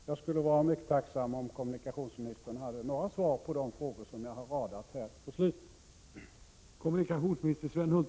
Jag skulle vara mycket tacksam om kommunikationsministern kunde ge några svar på de frågor jag här har ställt.